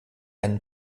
einen